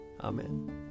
Amen